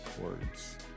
words